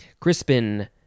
CRISPIN